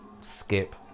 skip